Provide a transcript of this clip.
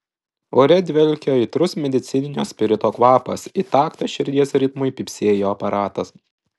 ore dvelkė aitrus medicininio spirito kvapas į taktą širdies ritmui pypsėjo aparatas